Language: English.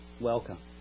welcome